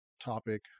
topic